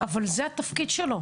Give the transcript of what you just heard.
אבל זה התפקיד שלו.